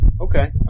Okay